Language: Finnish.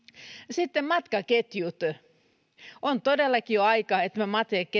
sitten matkaketjut on todellakin jo aika että nämä